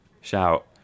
Shout